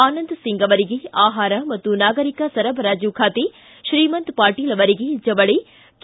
ಆನಂದ ಸಿಂಗ್ ಅವರಿಗೆ ಆಹಾರ ಮತ್ತು ನಾಗರಿಕ ಸರಬರಾಜು ಖಾತೆ ಶ್ರೀಮಂತ ಪಾಟೀಲ್ ಅವರಿಗೆ ಜವಳಿ ಕೆ